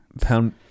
Pound